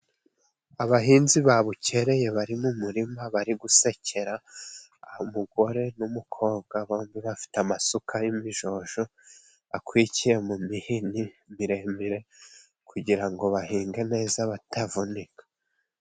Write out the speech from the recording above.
Abahinzi ba bukereye bari mu murima bari gusekera. Umugore n'umukobwa bombi bafite amasuka y'imijyojyo, akwikiye mu mihini miremire kugira ngo bahinge neza batavunika.